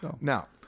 Now